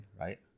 right